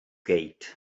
gate